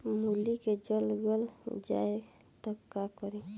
मूली के जर गल जाए त का करी?